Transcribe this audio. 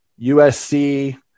USC